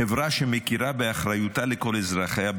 חברה שמכירה באחריותה לכל אזרחיה,